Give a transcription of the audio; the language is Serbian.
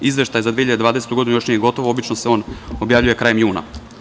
Izveštaj za 2020. godinu još nije gotov, obično se on objavljuje krajem juna.